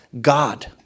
God